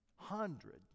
Hundred